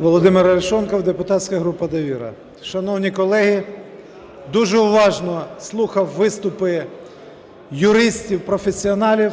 Володимир Арешонков, депутатська група "Довіра". Шановні колеги, дуже уважно слухав виступи юристів-професіоналів,